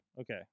okay